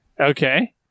okay